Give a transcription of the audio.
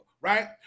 right